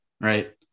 right